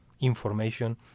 information